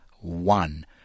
one